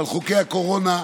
ועל חוקי הקורונה,